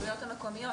--- הרשויות המקומיות,